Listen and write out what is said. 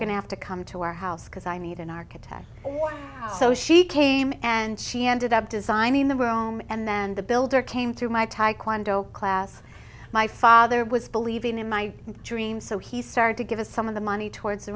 to have to come to our house because i need an architect so she came and she ended up designing the room and then the builder came to my taekwondo class my father was believing in my dream so he started to give us some of the money towards the